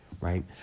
right